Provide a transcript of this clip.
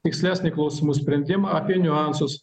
tikslesnį klausimų sprendimą apie niuansus